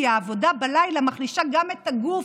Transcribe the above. כי העבודה בלילה מחלישה את הגוף,